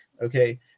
okay